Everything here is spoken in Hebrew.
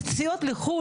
נסיעות לחו"ל,